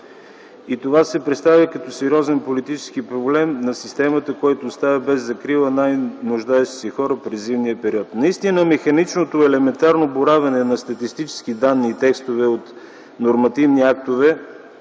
Това се представя като сериозен политически проблем на системата, който оставя без закрила най-нуждаещите се хора през зимния период. Наистина механичното, елементарно боравене на статистически данни и текстове от нормативни актове,